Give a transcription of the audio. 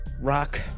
rock